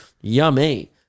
Yummy